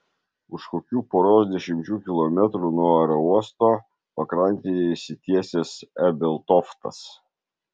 už kokių poros dešimčių kilometrų nuo aerouosto pakrantėje išsitiesęs ebeltoftas